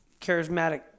charismatic